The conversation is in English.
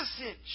message